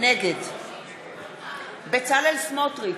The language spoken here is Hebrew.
נגד בצלאל סמוטריץ,